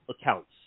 accounts